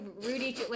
Rudy